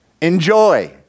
Enjoy